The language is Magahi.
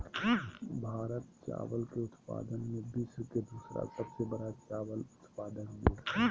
भारत चावल के उत्पादन में विश्व के दूसरा सबसे बड़ा चावल उत्पादक देश हइ